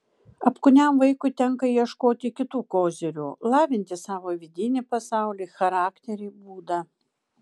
apkūniam vaikui tenka ieškoti kitų kozirių lavinti savo vidinį pasaulį charakterį būdą